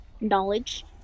Knowledge